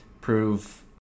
prove